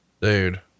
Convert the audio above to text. Dude